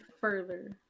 Further